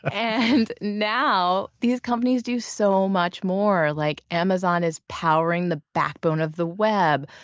and now, these companies do so much more. like amazon is powering the backbone of the web.